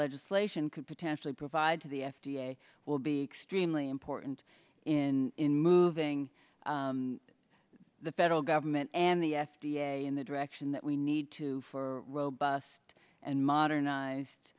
legislation could potentially provide to the f d a will be extremely important in in moving the federal government and the f d a in the direction that we need to for a robust and modernized